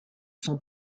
son